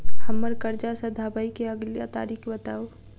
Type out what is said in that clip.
हम्मर कर्जा सधाबई केँ अगिला तारीख बताऊ?